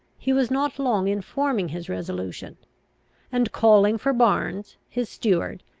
he was not long in forming his resolution and, calling for barnes his steward,